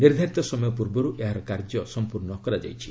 ନିର୍ଦ୍ଧାରିତ ସମୟ ପୂର୍ବରୁ ଏହାର କାର୍ଯ୍ୟ ସମ୍ପୂର୍ଣ୍ଣ କରାଯାଇଛି